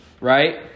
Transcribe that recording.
right